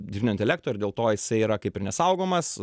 dirbtinio intelekto ir dėl to jisai yra kaip ir nesaugomas